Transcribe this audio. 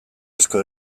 asko